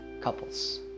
couples